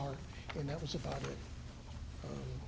are and that was about it